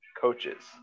coaches